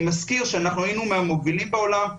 אני מזכיר שאנחנו היינו מהמובילים בעולם,